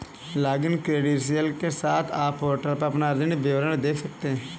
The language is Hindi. लॉगिन क्रेडेंशियल के साथ, आप पोर्टल पर अपना ऋण विवरण देख सकते हैं